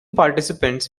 participants